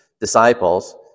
disciples